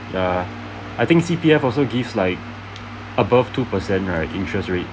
ya I think C_P_F also gives like above two percent right interests rate